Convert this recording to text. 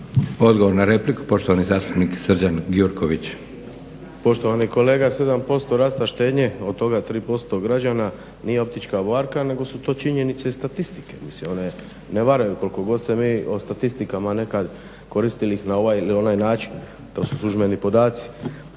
Odgovor na repliku, poštovani zastupnik Srđan Gjurković. **Gjurković, Srđan (HNS)** Poštovani kolega, 7% rasta štednje, od toga 3% građana nije optička varka nego su to činjenice i statistike. Mislim one ne varaju koliko god se mi statistikama nekad koristili ih na ovaj ili onaj način. To su službeni podaci.